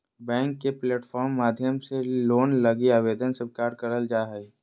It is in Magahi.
बैंक के प्लेटफार्म माध्यम से लोन लगी आवेदन स्वीकार करल जा हय